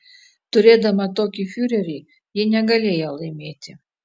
turėdama tokį fiurerį ji negalėjo laimėti